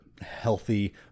healthy